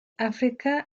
africa